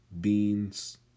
Bean's